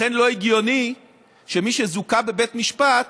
לכן לא הגיוני שמי שזוכה בבית משפט